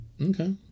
Okay